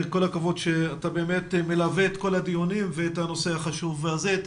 כל הכבוד שאתה מלווה את כל הדיונים ואת הנושא החשוב הזה.